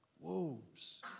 wolves